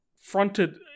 fronted